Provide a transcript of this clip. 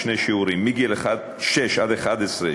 בשני שיעורים: מגיל שש עד גיל 11,